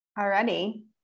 already